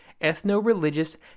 Ethno-Religious